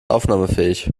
aufnahmefähig